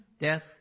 death